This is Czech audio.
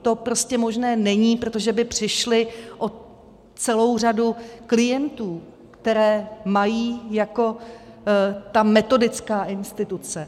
To prostě možné není, protože by přišli o celou řadu klientů, které mají jako ta metodická instituce.